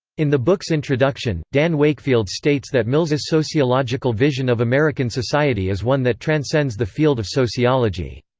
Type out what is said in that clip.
in the book's introduction, dan wakefield states that mills's sociological vision of american society is one that transcends the field of sociology.